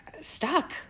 stuck